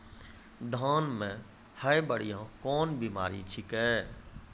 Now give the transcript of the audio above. धान म है बुढ़िया कोन बिमारी छेकै?